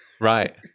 Right